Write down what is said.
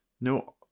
no